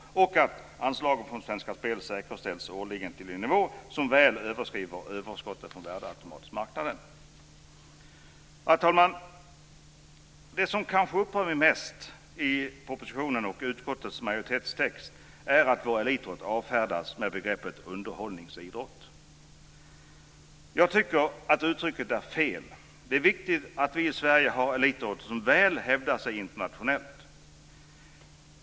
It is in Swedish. Jag emotser dessutom att anslaget från Svenska Spel säkerställs till en årlig nivå som väl överskrider överskottet från värdeautomatsmarknaden. Fru talman! Det som kanske upprör mig mest i propositionen och i utskottets majoritetstext är att vår elitidrott avfärdas med beteckningen underhållningsidrott. Jag tycker att detta uttryck är felaktigt. Det är viktigt att vi i Sverige har en elitidrott som hävdar sig väl internationellt.